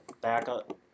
backup